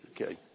Okay